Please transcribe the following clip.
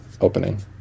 opening